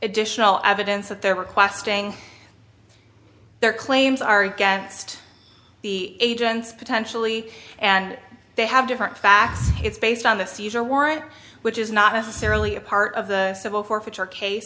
additional evidence that they're requesting their claims are against the agents potentially and they have different facts it's based on the seizure warrant which is not necessarily a part of the civil forfeiture case